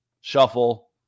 shuffle